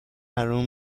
حروم